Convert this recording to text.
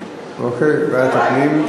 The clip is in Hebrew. ועדת הפנים.